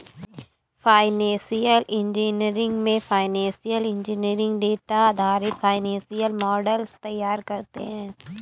financial engineering में financial engineer data आधारित financial models तैयार करते है